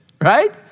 right